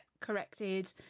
corrected